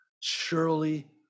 surely